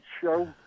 show